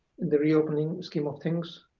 the reopening scheme of things.